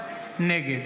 נגד